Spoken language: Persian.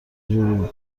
جوری